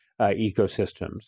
ecosystems